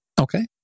Okay